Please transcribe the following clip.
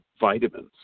vitamins